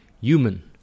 human